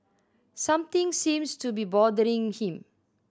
something seems to be bothering him